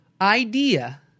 idea